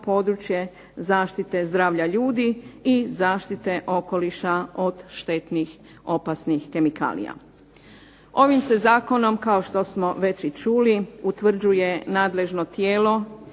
područje zaštite zdravlja ljudi i zaštite okoliša od štetnih opasnih kemikalija. Ovim se zakonom kao što smo već i čuli utvrđuje nadležno tijelo